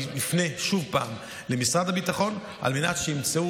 נפנה שוב למשרד הביטחון על מנת שימצאו